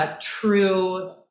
true